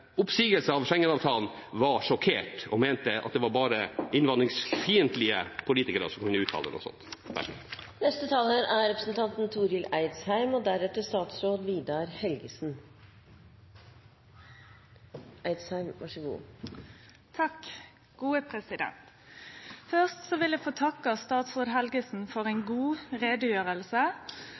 oppsigelse av Schengen-avtalen var sjokkert, og mente at det bare var innvandringsfiendtlige politikere som kunne uttale noe slikt. Først vil eg få takke statsråd Helgesen for ei god